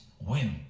win